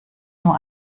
nur